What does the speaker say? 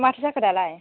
माथो जाखो दालाय